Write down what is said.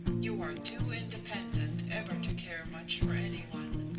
you are too independent ever to care much for any one.